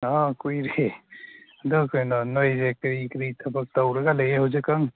ꯀꯨꯏꯔꯦ ꯑꯗꯨ ꯀꯩꯅꯣ ꯅꯣꯏꯁꯦ ꯀꯔꯤ ꯀꯔꯤ ꯊꯕꯛ ꯇꯧꯔꯒ ꯂꯩꯒꯦ ꯍꯧꯖꯤꯛꯀꯥꯟ